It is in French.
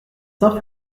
saint